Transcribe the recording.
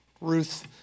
Ruth